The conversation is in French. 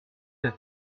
vite